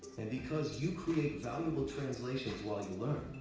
and because you create valuable translations while you learn,